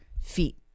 feet